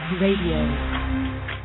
Radio